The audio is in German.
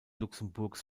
luxemburgs